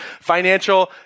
Financial